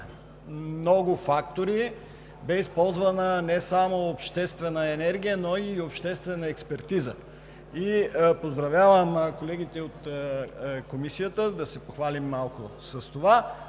много фактори, бе използвана не само обществена енергия, но и обществена експертиза. Поздравявам колегите от Комисията – да се похвалим малко с това